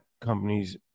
companies